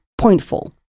pointful